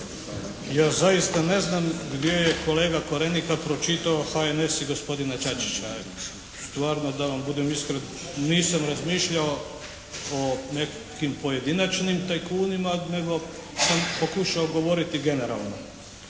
Ja zaista ne znam gdje je kolega Korenika pročitao HNS i gospodina Čačića. Stvarno da vam budem iskren nisam razmišljao o nekim pojedinačnim tajkunima, nego sam pokušao govoriti generalno.